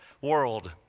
world